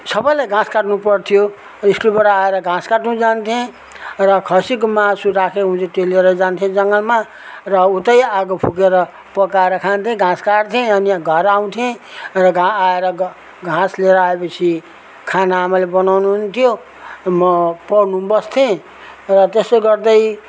सबैलाई घाँस काट्नुपऱ्थ्यो र स्कुलबाट आएर घाँस खाट्नु जान्थेँ र खसीको मासु राखेको हुन्थ्यो त्यो लिएर जान्थेँ जङ्गलमा र उतै आगो फुकेर पकाएर खान्थेँ घाँस काट्थेँ अनि यहाँ घर आउँथेँ र घाँ आएर घ घाँस लिएर आएपछि खाना आमाले बनाउनु हुन्थ्यो म पढ्नु बस्थेँ र त्यसो गर्दै